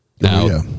now